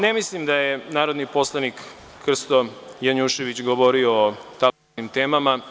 Ne mislim da je narodni poslanik Krsto Janjušević govorio o tabloidnim temama.